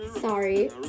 Sorry